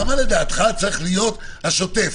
כמה לדעתך צריך להיות השוטף?